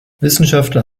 wissenschaftler